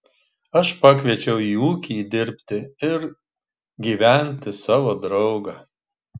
aš pakviečiau į ūkį dirbti ir gyventi savo draugą